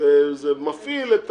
וזה מפעיל את